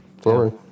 Sorry